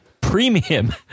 premium